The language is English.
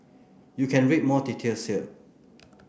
you can read more details here